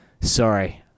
Sorry